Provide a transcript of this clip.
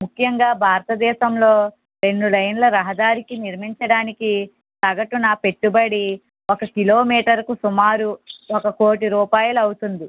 ముఖ్యంగా భారతదేశంలో రెండు లేన్ల రహదారికి నిర్మించడానికి సగటున పెట్టుబడి ఒక కిలోమీటరుకు సుమారు ఒక కోటి రూపాయలు అవుతుంది